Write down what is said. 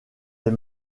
les